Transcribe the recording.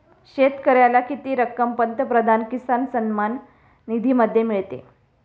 शेतकऱ्याला किती रक्कम पंतप्रधान किसान सन्मान निधीमध्ये मिळते?